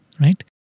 right